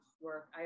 work